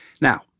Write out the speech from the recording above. Now